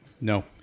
No